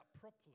properly